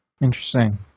Interesting